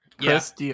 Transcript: Yes